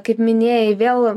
kaip minėjai vėl